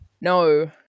No